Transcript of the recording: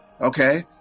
Okay